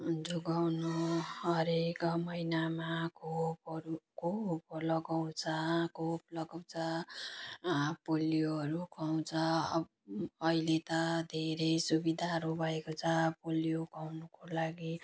जोगाउनु हरेक महिनामा खोपहरूको लगाउँछ खोप लगाउँछ पोलियोहरू खुवाउँछ अहिले त धेरै सुविधाहरू भएको छ पोलियो खुवाउनुको लागि